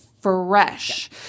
fresh